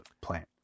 plant